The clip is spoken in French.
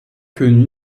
quenu